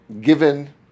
given